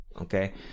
okay